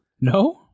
no